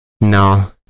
no